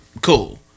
Cool